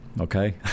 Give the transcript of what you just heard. Okay